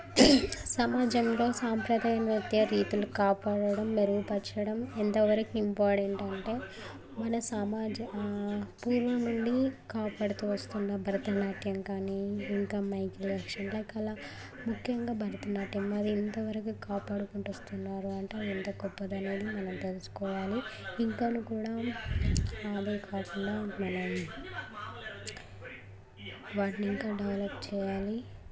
సమాజంలో సాంప్రదాయ నృత్య రీతులు కాపాడడం మెరుగుపరచడం ఎంతవరకు ఇంపార్టెంట్ అంటే మన సమాజం పూర్వం నుండి కాపాడుతూ వస్తున్న భరతనాట్యం కాని ఇంకా మధ్య కళ ముఖ్యంగా భరతనాట్యం అది ఇంతవరకు కాపాడుకుంటూ వస్తున్నారంటే ఎంత గొప్పదనేది మనం తెలుసుకోవాలి ఇంకాను కూడా అదే కాకుండా మనం వాటిని ఇంకా డెవలప్ చేయాలి